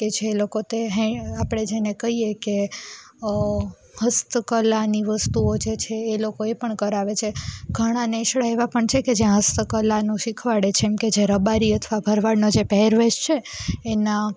કે જે લોકો તે હેય આપણે જેને કહીએ કે હસ્તકલાની વસ્તુઓ જે છે એ લોકોએ પણ કરાવે છે ઘણા નેસડાં એવા પણ છે કે જ્યાં હસ્તકલાનું શીખવાડે છે જેમકે જે રબારી અથવા ભરવાડનો જે પહેરવેશ છે એના